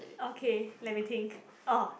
okay let me think orh